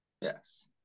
yes